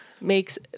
Makes